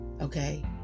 Okay